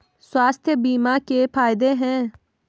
स्वास्थ्य बीमा के फायदे हैं?